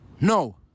No